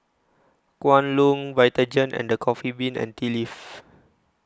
Kwan Loong Vitagen and The Coffee Bean and Tea Leaf